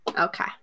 Okay